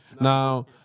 Now